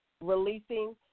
releasing